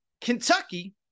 Kentucky